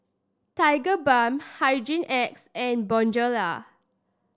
Tigerbalm Hygin X and Bonjela